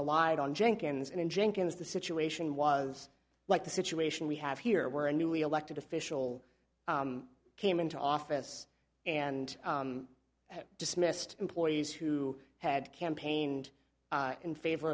relied on jenkins and jenkins the situation was like the situation we have here where a newly elected official came into office and dismissed employees who had campaigned in favor